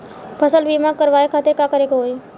फसल बीमा करवाए खातिर का करे के होई?